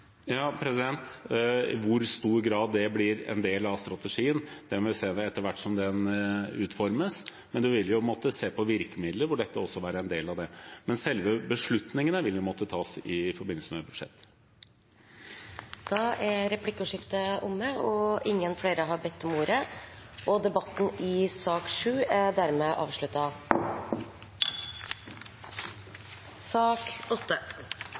hvor stor grad det blir en del av strategien, må vi se etter hvert som den utformes. Man vil måtte se på virkemidler, og da vil dette også være en del av det. Men selve beslutningene vil måtte tas i forbindelse med budsjett. Replikkordskiftet er omme. Flere har ikke bedt om ordet til sak nr. 7. Etter ønske fra energi- og